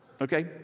Okay